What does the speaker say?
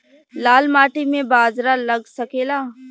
लाल माटी मे बाजरा लग सकेला?